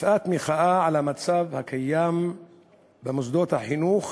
מפאת מחאה על המצב הקיים במוסדות החינוך